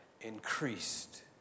increased